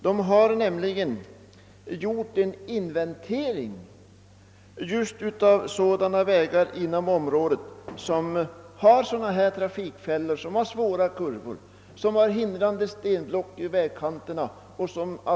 Den har nämligen gjort en inventering av sådana vägar inom området som har trafikfällor — svåra kurvor och hindrande stenblock vid vägkanterna.